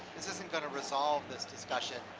this isn't gonna resolve this discussion,